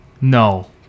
No